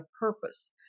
purpose